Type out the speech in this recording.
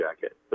jacket